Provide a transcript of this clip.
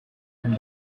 from